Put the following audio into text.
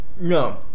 No